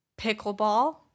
Pickleball